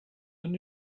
and